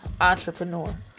entrepreneur